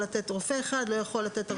ורופא אחד לא יכול לתת יותר